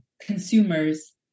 consumers